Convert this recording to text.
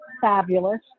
fabulous